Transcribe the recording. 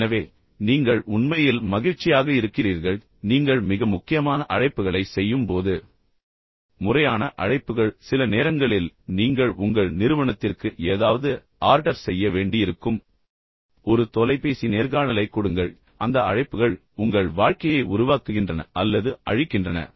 எனவே நீங்கள் உண்மையில் மகிழ்ச்சியாக இருக்கிறீர்கள் நீங்கள் மிக முக்கியமான அழைப்புகளை செய்யும் போது முறையான அழைப்புகள் சில நேரங்களில் நீங்கள் உங்கள் நிறுவனத்திற்கு ஏதாவது ஆர்டர் செய்ய வேண்டியிருக்கும் ஒரு தொலைபேசி நேர்காணலைக் கொடுங்கள் அந்த அழைப்புகள் உங்கள் வாழ்க்கையையும் வாழ்க்கையையும் உருவாக்குகின்றன அல்லது அழிக்கின்றன